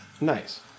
nice